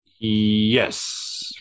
Yes